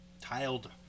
tiled